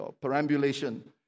perambulation